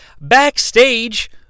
Backstage